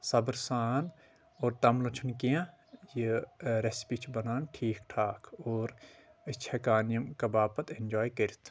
صبر سان اور تمبلُن چھُنہٕ کینٛہہ یہِ ریٚسپی چھِ بنان ٹھیٖک ٹھاک اور أسۍ چھِ ہیکان یِم کباب پتہٕ ایٚنجاے کٔرِتھ